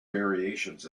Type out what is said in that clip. variations